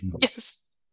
Yes